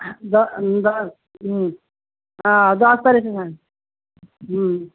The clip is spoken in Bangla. দশ তারিখে হুম